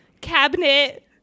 cabinet